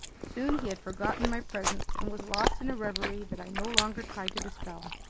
soon he had forgotten my presence and was lost in a reverie that i no longer tried to dispel.